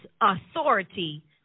authority